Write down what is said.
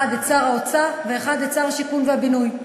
אחד, את שר האוצר, ואחד, את שר הבינוי והשיכון.